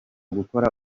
gukora